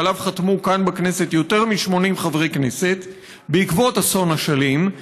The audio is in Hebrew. שעליו חתמו כאן בכנסת יותר מ-80 חברי כנסת בעקבות אסון אשלים,